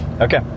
Okay